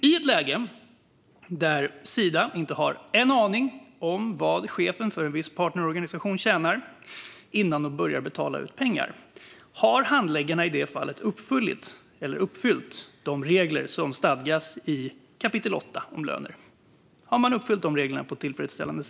I ett läge där Sida inte har en aning om vad chefen för en viss partnerorganisation tjänar innan man börjar betala ut pengar, har handläggarna då på ett tillfredsställande sätt uppfyllt de regler som slås fast i kap. 8, om löner?